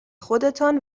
خودتان